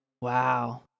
Wow